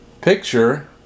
Picture